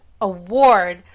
award